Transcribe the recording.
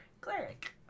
cleric